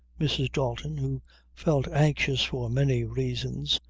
mrs. dalton, who felt anxious for many reasons,